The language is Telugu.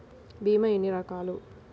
భీమ ఎన్ని రకాలు?